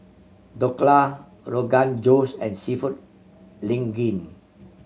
Dhokla Rogan Josh and Seafood Linguine